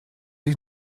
ich